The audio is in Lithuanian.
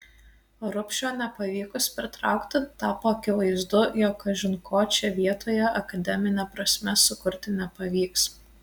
rubšio nepavykus pritraukti tapo akivaizdu jog kažin ko čia vietoje akademine prasme sukurti nepavyks